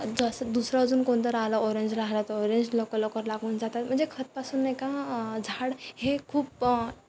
जसं दुसरं अजून कोणतं राहिलं ऑरेंज राहिलं तर ऑरेंज लवकर लवकर लागून जातात म्हणजे खतपासून नाही का झाड हे खूप